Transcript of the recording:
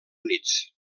units